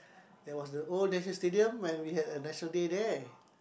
that was the old National-Stadium when we had a National-Day there